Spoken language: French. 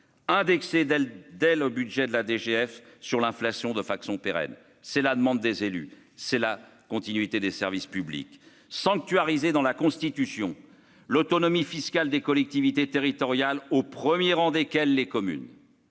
le, dès le budget de la DGF sur l'inflation de fac sont pérennes, c'est la demande des élus, c'est la continuité des services publics sanctuarisé dans la Constitution l'autonomie fiscale des collectivités territoriales au 1er rang desquels les communes